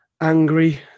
angry